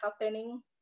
happening